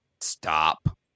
Stop